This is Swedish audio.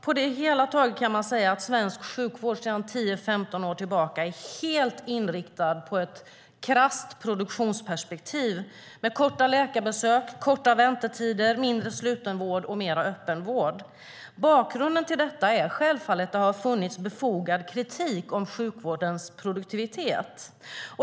På det hela taget kan man säga att svensk sjukvård sedan 10-15 år tillbaka helt klart har ett krasst produktionsperspektiv med korta läkarbesök, korta väntetider, mindre sluten vård och mer öppen vård. Bakgrunden till detta är självfallet att det har funnits befogad kritik av sjukvårdens produktivitet.